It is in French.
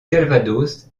calvados